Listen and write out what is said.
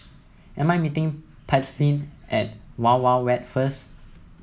am I meeting Paityn at Wild Wild Wet first